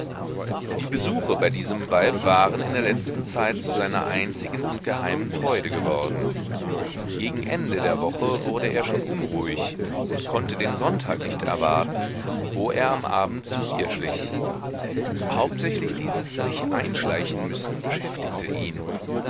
die besuche bei diesem weib waren in der letzten zeit zu seiner einzigen und geheimen freude geworden gegen ende der woche wurde er schon unruhig und konnte den sonntag nicht erwarten wo er am abend zu ihr schlich hauptsächlich dieses sicheinschleichenmüssen beschäftigte ihn